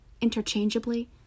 interchangeably